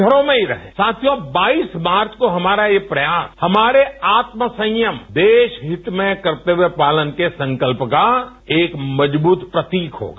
घरों में ही रहें तो बाईस मार्च को हमारा यह प्रयास आत्मसंयम देश हित में करते हुए पालन के संकल्प का एक मजबूत प्रतीक होगा